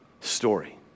story